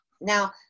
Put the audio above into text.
Now